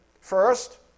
First